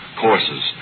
courses